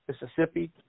Mississippi